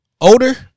older